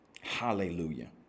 Hallelujah